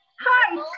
hi